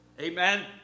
amen